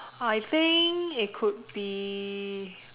I think it could be